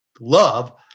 love